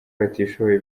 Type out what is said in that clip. batishoboye